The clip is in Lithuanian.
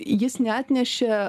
jis neatnešė